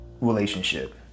relationship